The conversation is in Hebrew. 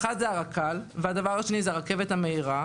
הדבר הראשון זה הרק"ל והדבר השני זו הרכבת המהירה.